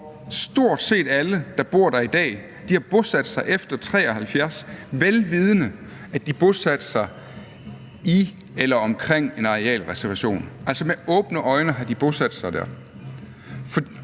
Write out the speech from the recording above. stort set alle, der bor der i dag, har bosat sig efter 1973, vel vidende at de bosatte sig i eller omkring en arealreservation. De har altså med åbne øjne bosat sig der.